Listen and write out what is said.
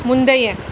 முந்தைய